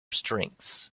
strengths